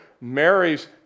Mary's